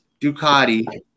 Ducati